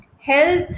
Health